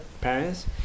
parents